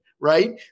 right